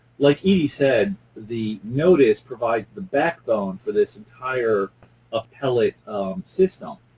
like edie said, the notice provides the backbone for this entire appellate system,